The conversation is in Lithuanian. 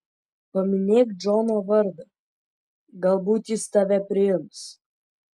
paminėk džono vardą galbūt jis tave priims